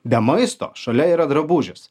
be maisto šalia yra drabužis